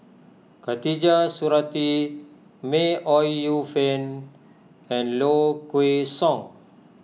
Khatijah Surattee May Ooi Yu Fen and Low Kway Song